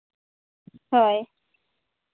ᱦᱳᱭ